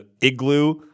igloo